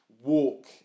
walk